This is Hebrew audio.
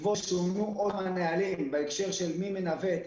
שונו הנהלים בהקשר של מי מנווט,